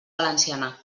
valenciana